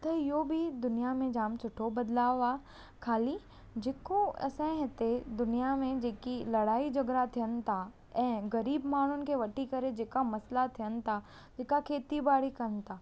त इहो ॿि दुनिया में जाम सुठो बदिलाउ आहे ख़ाली जेको असांजे हिते दुनिया में जेकी लड़ाई झगड़ा थियनि था ऐं ग़रीब माण्हुनि खे वठी करे जेका मसला थियनि था जेका खेतीबाड़ी कनि था